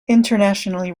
internationally